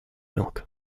milk